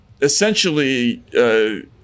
essentially